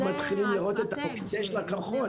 באמת רק מתחילים לראות את הקצה של הקרחון,